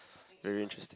very interesting